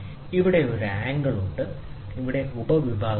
ഇവിടെ ഒരു ആംഗിൾ ഉണ്ട് ഇവിടെ ഉപവിഭാഗം ഉണ്ട്